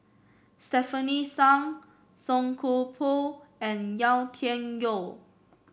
Stefanie Sun Song Koon Poh and Yau Tian Yau